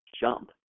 jump